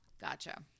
Gotcha